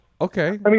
okay